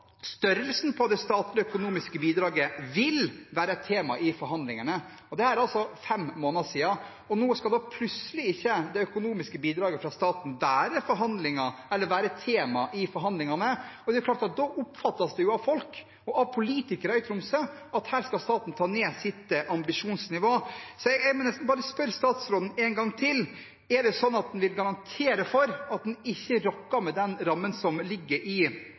størrelsen på det statlige økonomiske bidraget vil være et tema i forhandlingene. Dette er altså fem måneder siden, og nå skal plutselig ikke det økonomiske bidraget fra staten være tema i forhandlingene. Da oppfattes det så klart av folk og politikere i Tromsø som at staten skal ta ned sitt ambisjonsnivå. Jeg må nesten bare spørre statsråden én gang til: Vil han garantere for at en ikke vil rokke ved den rammen på 10 mrd. kr som ligger i